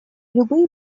любые